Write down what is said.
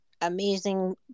amazing